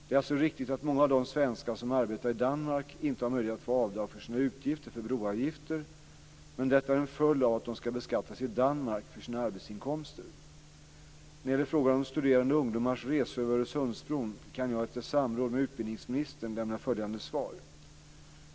Det är alltså riktigt att många av de svenskar som arbetar i Danmark inte har möjlighet att få avdrag för sina utgifter för broavgifter, men detta är en följd av att de ska beskattas i Danmark för sina arbetsinkomster. När det gäller frågan om studerande ungdomars resor över Öresundsbron kan jag, efter samråd med utbildningsministern, lämna följande svar.